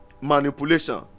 Manipulation